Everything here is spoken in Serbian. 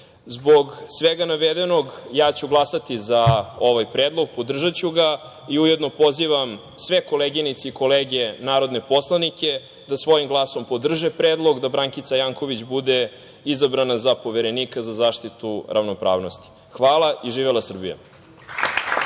svega navedenog, ja ću glasati za ovaj predlog, podržaću ga, a ujedno pozivam sve koleginice i kolege narodne poslanike da svojim glasom podrže predlog da Brankica Janković bude izabrana za Poverenika za zaštitu ravnopravnosti. Hvala i živela Srbija.